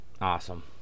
Awesome